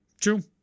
True